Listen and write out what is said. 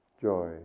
joy